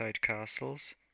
castles